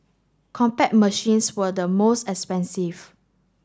Compaq machines were the most expensive